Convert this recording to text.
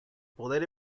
poder